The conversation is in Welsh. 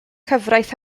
cyfraith